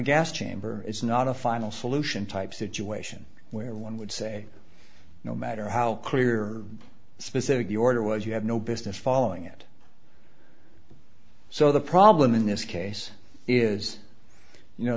gas chamber it's not a final solution type situation where one would say no matter how clear specific the order was you have no business following it so the problem in this case is you know